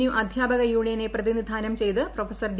U അദ്ധ്യാപക യൂണിയനെ പ്രതിനിധാനം ചെയ്ത് പ്രൊഫ്